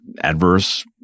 adverse